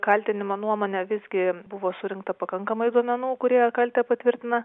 kaltinimo nuomone visgi buvo surinkta pakankamai duomenų kurie kaltę patvirtina